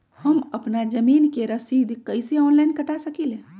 हम अपना जमीन के रसीद कईसे ऑनलाइन कटा सकिले?